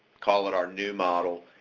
call it our new model,